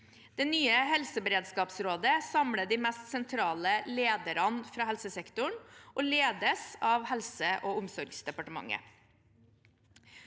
Det nye helsebered skapsrådet samler de mest sentrale lederne fra helsesektoren og ledes av Helse- og omsorgsdepartementet.